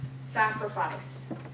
Sacrifice